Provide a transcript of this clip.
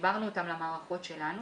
חיברנו אותם למערכות שלנו